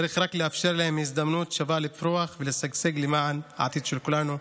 צריך רק לאפשר להם הזדמנות שווה לפרוח ולשגשג למען העתיד של כולנו.